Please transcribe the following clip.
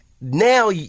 Now